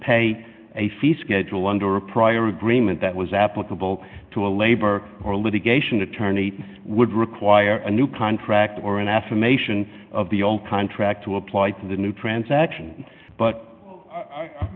pay a fee schedule under a prior agreement that was applicable to a labor or litigation attorney would require a new contract or an affirmation of the old contract to apply for the new transaction but